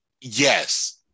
yes